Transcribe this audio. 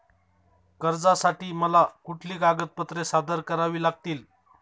कर्जासाठी मला कुठली कागदपत्रे सादर करावी लागतील?